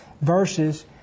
verses